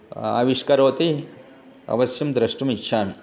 अ आविष्करोति अवश्यं द्रष्टुम् इच्छामि